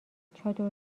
چادر